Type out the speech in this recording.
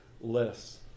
less